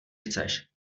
chceš